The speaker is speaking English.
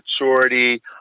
maturity